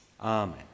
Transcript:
Amen